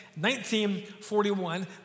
1941